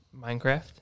Minecraft